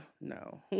no